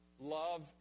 love